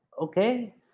Okay